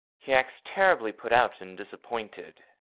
he acts terribly put out and disappointed.